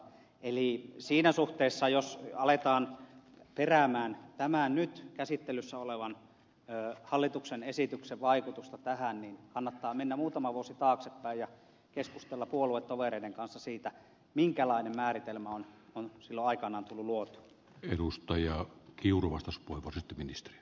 eli siinä suhteessa jos aletaan perätä tämän nyt käsittelyssä olevan hallituksen esityksen vaikutusta tähän kannattaa mennä muutama vuosi taaksepäin ja keskustella puoluetovereiden kanssa siitä minkälainen määritelmä on silloin aikanaan tullut luotua